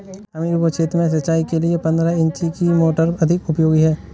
हमीरपुर क्षेत्र में सिंचाई के लिए पंद्रह इंची की मोटर अधिक उपयोगी है?